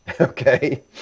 Okay